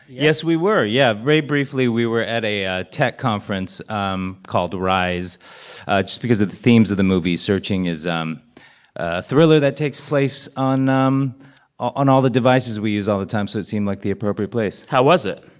yes, we were. yeah, very briefly, we were at a a tech conference um called rise just because of the themes of the movie. searching is um a thriller that takes place on um on all the devices we use all the time, so it seemed like the appropriate place how was it?